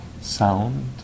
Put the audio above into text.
sound